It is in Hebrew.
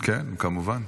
כן, כמובן.